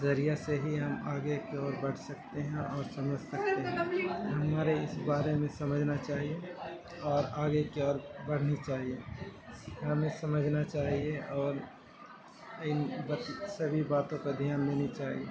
ذریعہ سے ہی ہم آگے کی اور بڑھ سکتے ہیں اور سمجھ سکتے ہیں ہمارے اس بارے میں سمجھنا چاہیے اور آگے کی اور بڑھنا چاہیے ہمیں سمجھنا چاہیے اور ان سبھی باتوں پہ دھیان دینی چاہیے